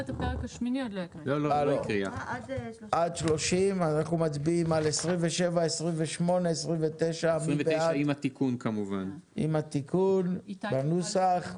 התיקון בנוסח.